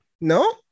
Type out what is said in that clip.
No